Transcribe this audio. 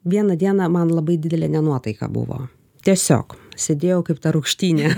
vieną dieną man labai didelė nenuotaika buvo tiesiog sėdėjau kaip ta rūgštynė